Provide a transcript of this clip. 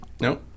No